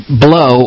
blow